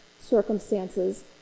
circumstances